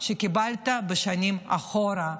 שקיבלת שנים אחורה,